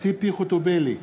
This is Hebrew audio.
ציפי חוטובלי,